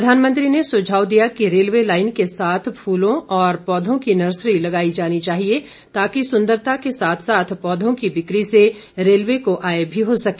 प्रधानमंत्री ने सुझाव दिया कि रेलवे लाईन के साथ फूलों और पौधों की नर्सरी लगाई जानी चाहिए ताकि सुंदरता के साथ साथ पौधों की बिकी से रेलवे को आय भी हो सके